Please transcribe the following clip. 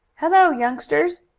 hello, youngsters!